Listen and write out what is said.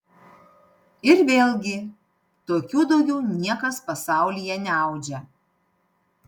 ir vėlgi tokių daugiau niekas pasaulyje neaudžia